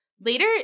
Later